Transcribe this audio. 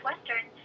Western